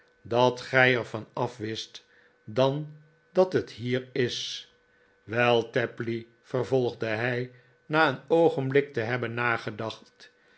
dat gij er van af wist dan dat het hier is wei tapley vervolgde hij na een oogenblik te hebben nagedacht